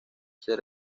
ser